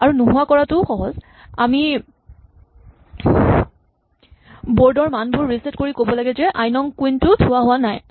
আৰু নোহোৱা কৰাটোও সহজ আমি বৰ্ড ৰ মানবোৰ ৰিছেট কৰি ক'ব লাগে যে আই নং কুইন টো থোৱা হোৱা নাই